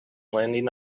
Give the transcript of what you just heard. landing